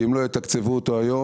כי אם לא יתקצבו אותו היום,